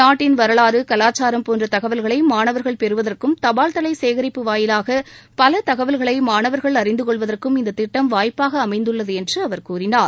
நாட்டின் வரலாறு கலாச்சாரம் போன்ற தகவல்களை மாணவர்கள் பெறுவதற்கும் தபால் தலை சேகரிப்பு வாயிலாக பல தகவல்களை மாணவர்கள் அறிந்து கொள்வதற்கும் இந்த திட்டம் வாய்ப்பாக அமைந்துள்ளது என்று அவர் கூறினார்